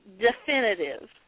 Definitive